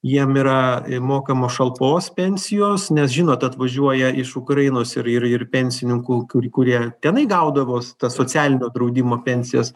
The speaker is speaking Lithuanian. jiem yra mokamos šalpos pensijos nes žinot atvažiuoja iš ukrainos ir ir pensininkų kur kurie tenai gaudavo tas socialinio draudimo pensijas